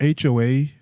HOA